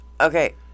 Okay